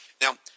Now